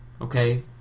Okay